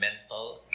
mental